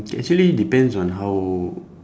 actually depends on how